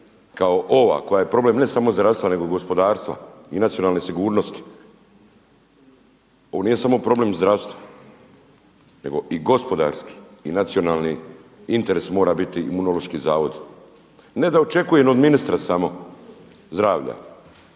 kao ova koja je problem ne samo zdravstva nego gospodarstva i nacionalne sigurnosti. Ovo nije problem samo zdravstva nego i gospodarski i nacionalni. Interes mora biti Imunološki zavod, ne da očekujem od ministra samo zdravlja